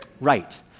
Right